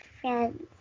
friends